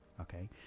Okay